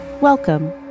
Welcome